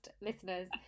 listeners